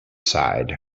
side